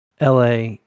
LA